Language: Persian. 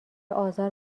آزار